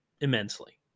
immensely